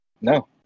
No